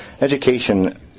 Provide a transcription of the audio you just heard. education